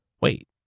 Wait